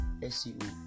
seo